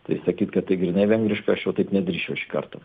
tai sakyt kad tai grynai vengriška aš jau taip nedrįsčiau iš karto